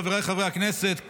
חבריי חברי הכנסת,